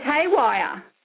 haywire